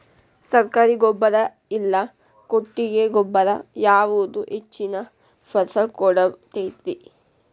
ಸರ್ಕಾರಿ ಗೊಬ್ಬರ ಇಲ್ಲಾ ಕೊಟ್ಟಿಗೆ ಗೊಬ್ಬರ ಯಾವುದು ಹೆಚ್ಚಿನ ಫಸಲ್ ಕೊಡತೈತಿ?